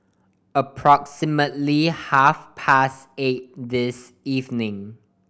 approximately half past eight this evening